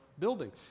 building